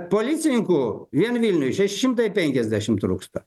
policininkų vien vilniuj šeši šimtai penkiasdešim trūksta